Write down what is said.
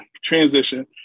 transition